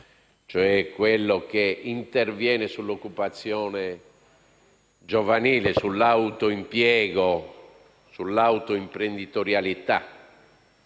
riferisco all'intervento sull'occupazione giovanile, sull'autoimpiego e sull'autoimprenditiorialità